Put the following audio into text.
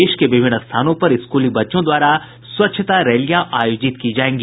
देश के विभिन्न स्थानों पर स्कूली बच्चों द्वारा स्वच्छता रैलियां आयोजित की जायेंगी